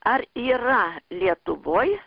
ar yra lietuvoj